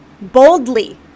Boldly